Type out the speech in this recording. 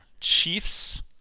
Chiefs